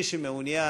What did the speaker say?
מי שמעוניין,